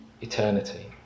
eternity